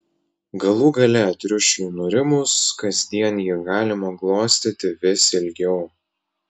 galų gale triušiui nurimus kasdien jį galima glostyti vis ilgiau